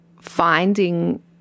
finding